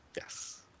Yes